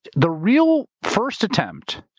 the real first attempt,